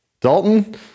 Dalton